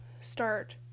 start